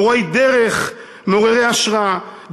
מורי דרך מעוררי השראה.